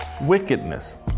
wickedness